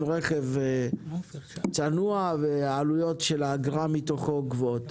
רכב צנוע והעלויות של האגרה מתוכו גבוהות.